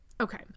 okay